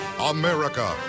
America